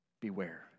Beware